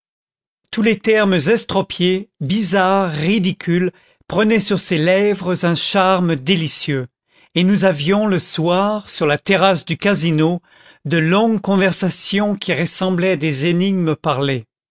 tous les termes estropiés bizarres ridicules prenaient sur ses lèvres un charme délicieux et nous avions le soir sur la terrasse du casino de longues conversations qui ressemblaient à des énigmes parlées